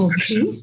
Okay